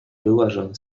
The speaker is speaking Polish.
wyłażę